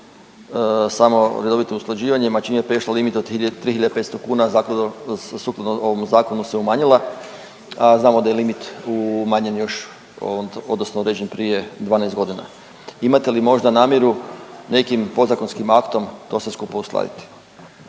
samo redovitim usklađivanjem, a čim je prešla limit od 3.500 kuna zakon, sukladno ovom zakonu se umanjila, a znamo da je limit umanjen još odnosno uređen prije 12 godina. Imate li možda namjeru nekim podzakonskim aktom to sve skupa uskladiti.